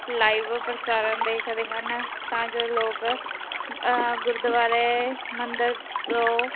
live ਪ੍ਰਸਾਰਣ ਦੇਖਦੇ ਹਨ ਤਾਂ ਜੋ ਲੋਕ ਗੁਰਦੁਆਰੇ ਮੰਦਰ ਤੋਂ